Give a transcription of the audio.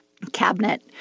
cabinet